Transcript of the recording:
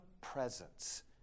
presence